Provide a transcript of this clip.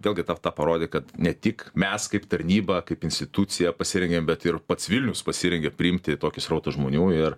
vėlgi ta ta parodė kad ne tik mes kaip tarnyba kaip institucija pasirengėm bet ir pats vilnius pasirengė priimti tokį srautą žmonių ir